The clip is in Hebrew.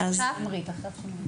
אז שמרית, בבקשה.